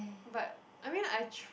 but I mean like I tr~